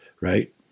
Right